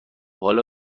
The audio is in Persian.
حالا